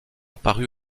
parus